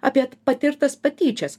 apie patirtas patyčias